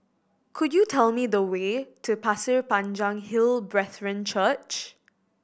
could you tell me the way to Pasir Panjang Hill Brethren Church